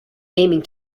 aiming